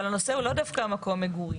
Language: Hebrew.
אבל הנושא הוא לאו דווקא מקום המגורים.